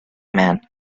man